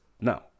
now